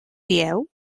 dieu